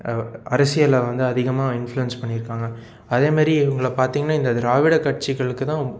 அரசியலில் வந்து அதிகமாக இன்ஃப்ளுயென்ஸ் பண்ணியிருக்காங்க அதே மாரி இவங்கள பார்த்தீங்கன்னா இந்த திராவிட கட்சிகளுக்கு தான்